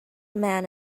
man